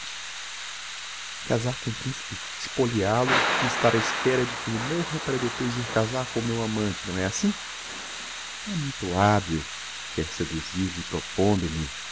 casar com o principe expoliá lo e estar á espera de que elle morra para depois ir casar com o meu amante não é assim é muito habil quer seduzir me